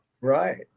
Right